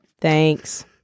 Thanks